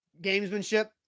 Gamesmanship